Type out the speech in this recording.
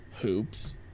hoops